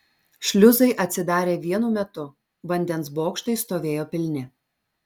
šliuzai atsidarė vienu metu vandens bokštai stovėjo pilni